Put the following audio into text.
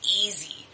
easy